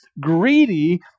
greedy